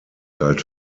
galt